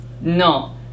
No